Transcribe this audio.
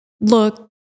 look